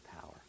power